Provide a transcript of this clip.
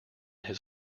his